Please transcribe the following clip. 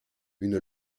une